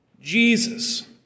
Jesus